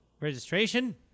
Registration